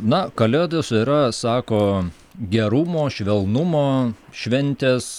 na kalėdos yra sako gerumo švelnumo šventės